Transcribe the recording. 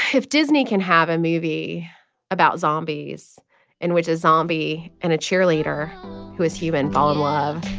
if disney can have a movie about zombies in which a zombie and a cheerleader who is human fall in love.